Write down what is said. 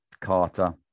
Carter